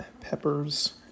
peppers